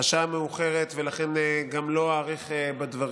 השעה מאוחרת, ולכן לא אאריך בדברים.